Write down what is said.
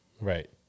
Right